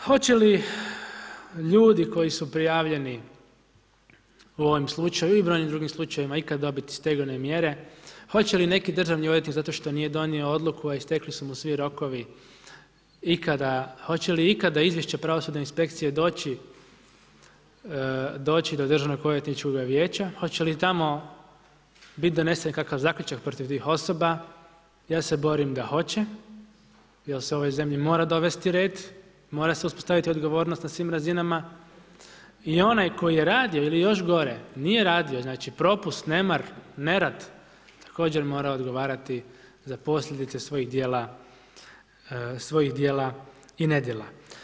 Hoće li ljudi koji su prijavljeni u ovom slučaju i u drugim slučajeva ikada kada dobiti stegovne mjere, hoće li neki državni odvjetnik, zato što nije donio odluku, a istekli su mu svi rokovi ikada, hoće li ikada izvješće pravosudne inspekcije doći do Državnoodvjeničkoga vijeća, hoće li tamo biti donesen kakav zaključak, protiv tih osoba, ja se borim da hoće, jer se u ovoj zemlji mora dovesti red, mora se uspostaviti odgovornost na svim razinama i onaj koji je radio, ili još gore, nije radio, znači propust nemar, nerad, također mora odgovarati za posljedice svojih dijela i nedjela.